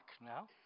now